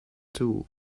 too